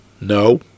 no